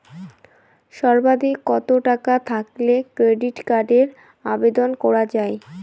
সর্বাধিক কত টাকা থাকলে ক্রেডিট কার্ডের আবেদন করা য়ায়?